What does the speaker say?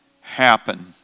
happen